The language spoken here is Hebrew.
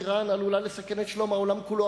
אירן עלולה לסכן את שלום העולם כולו,